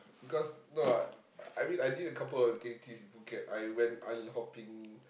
because no ah uh I mean I did a couple activities in Phuket I went island hopping